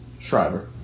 Shriver